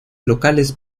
locales